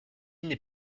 n’est